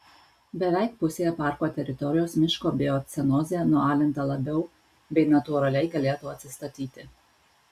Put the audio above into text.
beveik pusėje parko teritorijos miško biocenozė nualinta labiau bei natūraliai galėtų atsistatyti